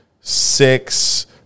six